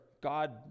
God